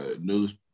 news